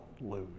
lose